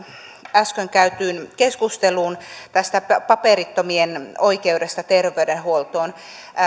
äsken käytyyn keskusteluun paperittomien oikeudesta terveydenhuoltoon